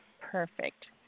Perfect